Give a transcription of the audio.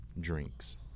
Drinks